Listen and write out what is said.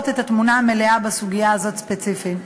את התמונה המלאה בסוגיה הזאת ספציפית.